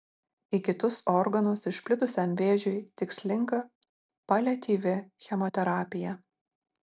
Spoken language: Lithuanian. į kitus organus išplitusiam vėžiui tikslinga paliatyvi chemoterapija